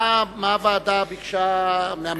מה הוועדה ביקשה מהממשלה?